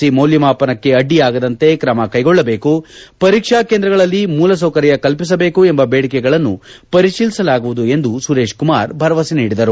C ಮೌಲ್ಮಾಪನಕ್ಕೆ ಅಡ್ಡಿಯಾಗದಂತೆ ಕ್ರಮ ಕ್ರೆಗೊಳ್ಳಬೇಕು ಪರೀಕ್ಷಾ ಕೇಂದ್ರಗಳಲ್ಲಿ ಮೂಲಸೌಕರ್ಯ ಕಲ್ಪಿಸಬೇಕು ಎಂಬ ಬೇಡಿಕೆಗಳನ್ನು ಪರಿಶೀಲಿಸಲಾಗುವುದು ಎಂದು ಸುರೇಶ್ ಕುಮಾರ್ ಭರವಸೆ ನೀಡಿದರು